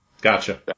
Gotcha